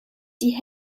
die